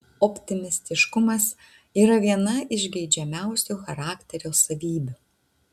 optimistiškumas yra viena iš geidžiamiausių charakterio savybių